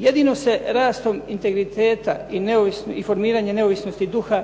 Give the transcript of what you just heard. Jedino se rastom integriteta i formiranje neovisnosti duga